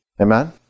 Amen